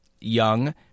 young